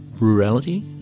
rurality